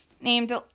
Named